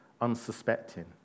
unsuspecting